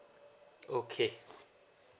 okay